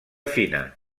fina